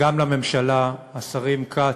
גם לממשלה, השרים כץ,